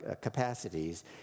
capacities